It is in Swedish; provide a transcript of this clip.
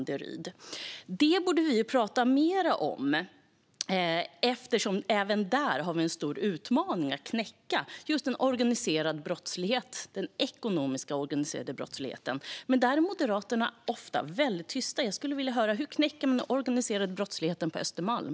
De områdena borde vi prata mer om eftersom det även där finns en stor utmaning att knäcka, nämligen den organiserade ekonomiska brottsligheten. Men där är Moderaterna ofta tysta. Jag skulle vilja höra hur man knäcker den organiserade brottsligheten på Östermalm.